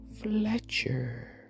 Fletcher